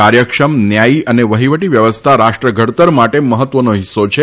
કાર્યક્ષમ ન્યાયી એવી વહીવટી વ્યવસ્થા રાષ્ટ્ર ઘડતર માટે મહત્વનો હિસ્સો છે